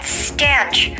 stench